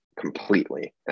completely